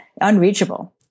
unreachable